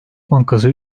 bankası